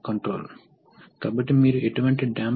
ఇది reciprocating type compressor mechanism